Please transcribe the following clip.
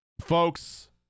Folks